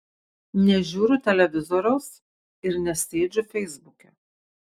nežiūriu televizoriaus ir nesėdžiu feisbuke